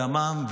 הימ"מ,